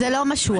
זה לא מה שהוא אמר.